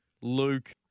Luke